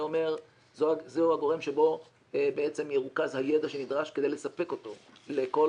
זה אומר שזה הגורם שבו ירוכז הידע שנדרש כדי לספק אותו לכל